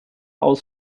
aus